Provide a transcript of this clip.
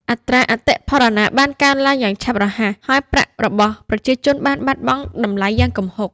អត្រាអតិផរណាបានកើនឡើងយ៉ាងឆាប់រហ័ស ហើយប្រាក់របស់ប្រជាជនបានបាត់បង់តម្លៃយ៉ាងគំហុក។